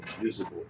visible